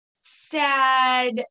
sad